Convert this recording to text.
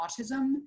autism